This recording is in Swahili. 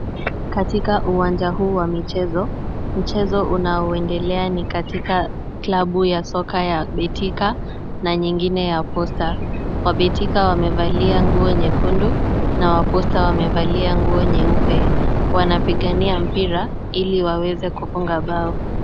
Katika uwanja huu wa michezo, mchezo unaoendelea ni katika klabu ya soka ya Betika na nyingine ya Posta. Wa Betika wamevalia nguo nyekundu na wa Posta wamevalia nguo nyeupe. Wanapigania mpira ili waweze kufunga bao.